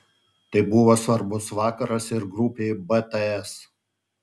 tai buvo svarbus vakaras ir grupei bts